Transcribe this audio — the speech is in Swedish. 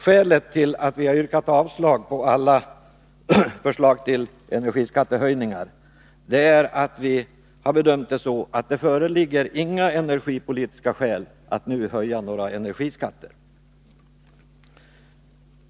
Skälet till att vi har yrkat avslag på alla förslag till energiskattehöjningar är att vi har bedömt det så, att det inte föreligger några energipolitiska skäl för att höja några energiskatter.